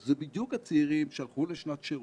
זה בדיוק הצעירים שהלכו לשנת שירות,